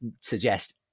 suggest